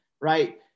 right